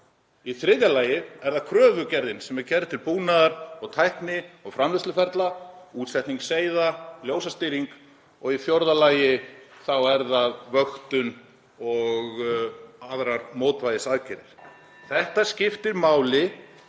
Í þriðja lagi er það kröfugerðin sem er gerð til búnaðar, tækni og framleiðsluferla; útsetningar seiða, ljósastýringar. Og í fjórða lagi er það vöktun og aðrar mótvægisaðgerðir. (Forseti